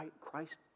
Christ